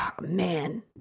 man